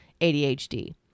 ADHD